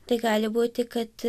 tai gali būti kad